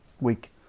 week